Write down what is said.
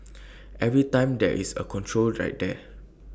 every time there is A control right there